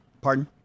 Pardon